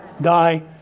die